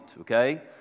okay